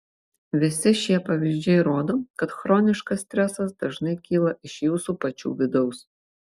visi šie pavyzdžiai rodo kad chroniškas stresas dažnai kyla iš jūsų pačių vidaus